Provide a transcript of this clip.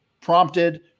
prompted